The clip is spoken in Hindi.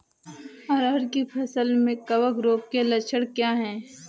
अरहर की फसल में कवक रोग के लक्षण क्या है?